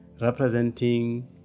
representing